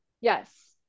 Yes